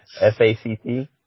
F-A-C-T